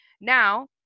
Now